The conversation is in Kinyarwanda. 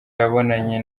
yabonanye